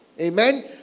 Amen